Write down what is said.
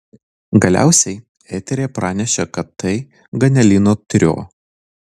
galiausiai eteryje pranešė kad tai ganelino trio